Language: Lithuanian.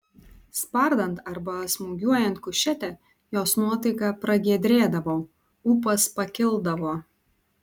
spardant arba smūgiuojant kušetę jos nuotaika pragiedrėdavo ūpas pakildavo